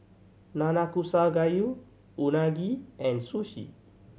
Nanakusa Gayu Unagi and Sushi